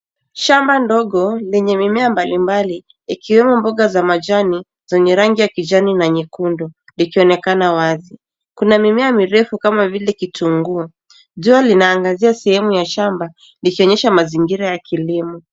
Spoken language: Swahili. Shamba ndogo lenye mimea mbalimbali ikiwemo mboga za majani zenye rangi ya kijani na nyekundu likionekana wazi. Kuna mimea mirefu kama vile kitunguu. Jua linaangazia sehemu ya shamba likionyesha mazingira ya kilimo.